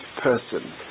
person